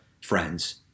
friends